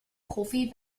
profi